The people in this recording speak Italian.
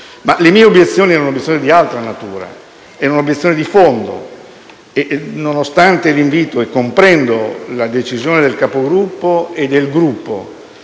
Le mie obiezioni erano però di altra natura ed erano obiezioni di fondo e, nonostante l'invito, pur comprendendo la decisione del Capogruppo e del Gruppo